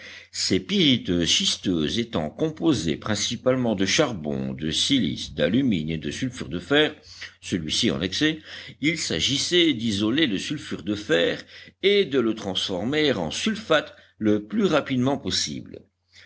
ces pyrites schisteuses étant composées principalement de charbon de silice d'alumine et de sulfure de fer celui-ci en excès il s'agissait d'isoler le sulfure de fer et de le transformer en sulfate le plus rapidement possible